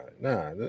nah